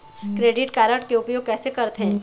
Credit card के उपयोग कैसे करथे?